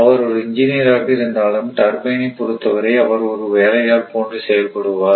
அவர் ஒரு இன்ஜினியர் ஆக இருந்தாலும் டர்பைன் பொறுத்தவரை அவர் ஒரு வேலையாள் போன்று செயல்படுவார்